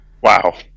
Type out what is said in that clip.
wow